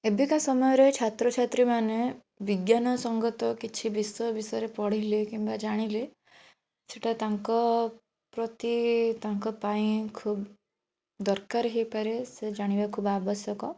ଏବେକା ସମୟରେ ଛାତ୍ରଛାତ୍ରୀ ମାନେ ବିଜ୍ଞାନ ସଂଗତ କିଛି ବିଷୟ ବିଷୟରେ ପଢ଼ିଲେ କିମ୍ବା ଜାଣିଲେ ସେଇଟା ତାଙ୍କ ପ୍ରତି ତାଙ୍କ ପାଇଁ ଖୁବ୍ ଦରକାର ହେଇପାରେ ସେ ଜାଣିବାକୁ ବା ଆବଶ୍ୟକ